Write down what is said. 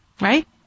right